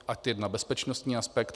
Ad 1 bezpečnostní aspekt.